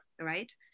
right